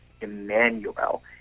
Emmanuel